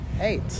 Eight